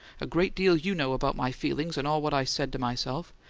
a great deal you know about my feelings and all what i said to myself!